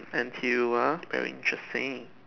N_T_U are very interesting